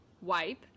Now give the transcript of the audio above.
wipe